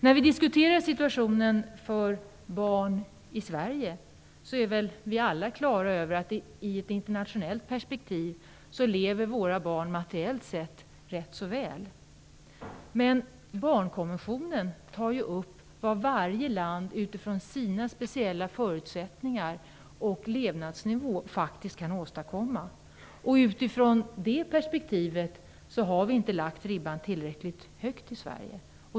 När vi diskuterar situationen för barn i Sverige är vi alla klara över att våra barn i ett internationellt perspektiv lever rätt så väl. Men barnkonventionen tar upp vad varje land utifrån sina speciella förutsättningar och sin levnadsnivå faktiskt kan åstadkomma. Utifrån det perspektivet har vi inte lagt ribban tillräckligt högt i Sverige.